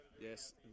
Yes